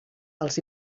els